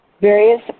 various